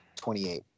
28